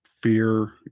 fear